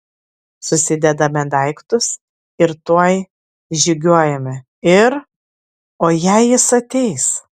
susidedame daiktus ir tuoj žygiuojame ir o jei jis ateis